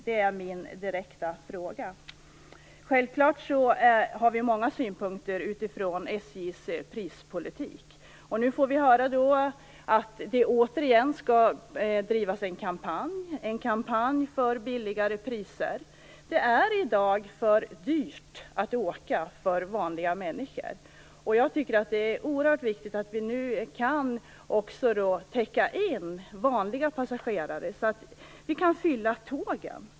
Det är min direkta fråga. Självklart har vi många synpunkter på SJ:s prispolitik. Nu får vi höra att det återigen skall drivas en kampanj för lägre priser. Det är i dag för dyrt att åka för vanliga människor, och jag tycker att det är oerhört viktigt att nu också täcka in vanliga passagerare så att vi kan fylla tågen.